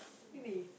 really